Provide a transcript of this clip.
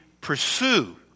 pursue